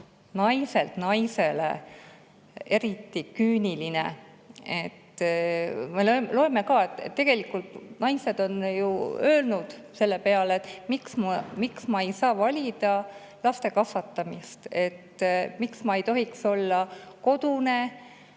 naiselt naisele eriti küüniline. Me loeme, kuidas naised ju [küsivad] selle peale, miks ma ei saa valida laste kasvatamist, miks ma ei tohiks olla kodune,